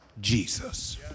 Jesus